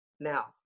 Now